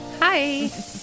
Hi